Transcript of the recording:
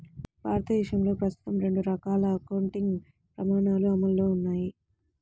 భారతదేశంలో ప్రస్తుతం రెండు రకాల అకౌంటింగ్ ప్రమాణాలు అమల్లో ఉన్నాయి